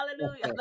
hallelujah